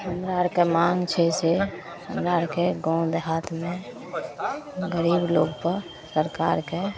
हमरा आओरके माँग छै से हमरा आओरके गाम देहातमे गरीब लोकपर सरकारके